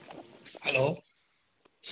hello